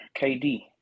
KD